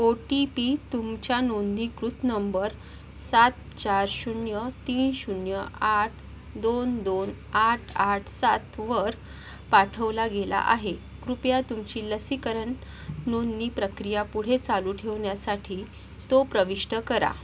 ओ T P तुमच्या नोंदीकृत number सात चार शून्य तीन शून्य आठ दोन दोन आठ आठ सातवर पाठवला गेला आहे कृपया तुमची लसीकरण नोंदणी प्रक्रिया पुढे चालू ठेवण्यासाठी तो प्रविष्ट करा